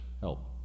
help